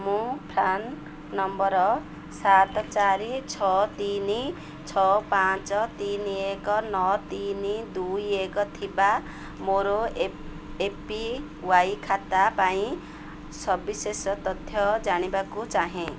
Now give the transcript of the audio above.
ମୁଁ PRAN number ସାତ ଚାରି ଛଅ ତିନି ଛଅ ପାଞ୍ଚ ତିନି ଏକ ନଅ ତିନି ଦୁଇ ଏକ ଥିବା ମୋର ଏ ପି ୱାଇ ଖାତା ପାଇଁ ସବିଶେଷ ତଥ୍ୟ ଜାଣିବାକୁ ଚାହେଁ